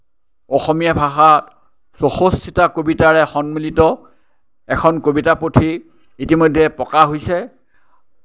অসমীয়া ভাষাত চৌষষ্ঠিটা কবিতাৰে সন্মিলিত এখন কবিতা পুথি ইতিমধ্যে প্ৰকাশ হৈছে